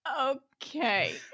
okay